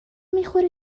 میخوره